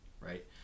right